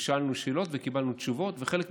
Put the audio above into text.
ושאלנו שאלות וקיבלנו תשובות חלק מהתשובות,